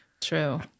true